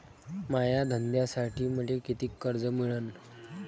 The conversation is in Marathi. माया धंद्यासाठी मले कितीक कर्ज मिळनं?